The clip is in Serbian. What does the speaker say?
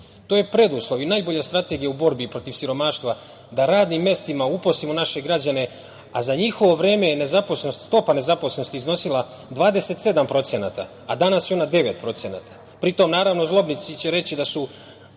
To je preduslov i najbolja strategija u borbi protiv siromaštva da radnim mestima uposlimo naše građane.Za njihovo vreme je stopa nezaposlenosti iznosila 27%, a danas je ona 9%, pri tom, naravno, zlobnici će reći da su